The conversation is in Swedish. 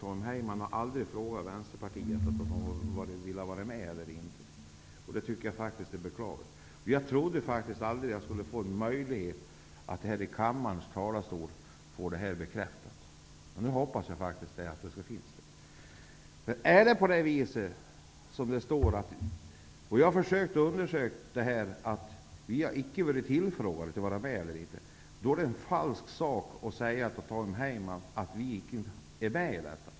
Tom Heyman har aldrig frågat Vänsterpartiet om det velat vara med eller inte. Det tycker jag är beklagligt. Jag trodde aldrig att jag skulle få en möjlighet att här i kammarens talarstol få detta bekräftat. Nu hoppas jag att den möjligheten finns. Jag har försökt att undersöka detta. Vi har inte blivit tillfrågade om vi velat vara med eller inte. Det är då falskt av Tom Heyman att säga att Vänsterpartiet inte är med på detta.